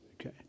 Okay